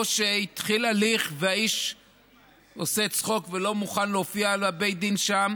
או שהתחיל הליך והאיש עושה צחוק ולא מוכן להופיע בבית הדין שם,